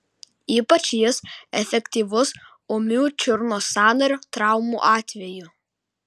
ypač jis efektyvus ūmių čiurnos sąnario traumų atveju